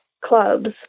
clubs